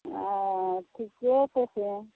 हँ ठिके छै से